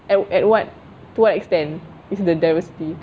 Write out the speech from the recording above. at what to what extent is the diversity